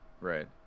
Right